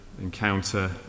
encounter